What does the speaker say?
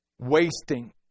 Wasting